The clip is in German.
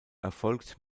erfolgt